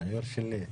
היו"ר שלי,